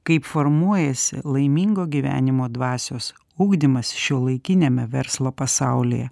kaip formuojasi laimingo gyvenimo dvasios ugdymas šiuolaikiniame verslo pasaulyje